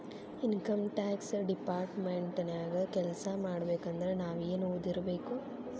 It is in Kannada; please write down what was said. ಇನಕಮ್ ಟ್ಯಾಕ್ಸ್ ಡಿಪಾರ್ಟ್ಮೆಂಟ ನ್ಯಾಗ್ ಕೆಲ್ಸಾಮಾಡ್ಬೇಕಂದ್ರ ನಾವೇನ್ ಒದಿರ್ಬೇಕು?